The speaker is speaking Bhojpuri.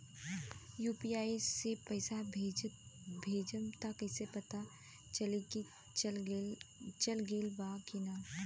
यू.पी.आई से पइसा भेजम त कइसे पता चलि की चल गेल बा की न?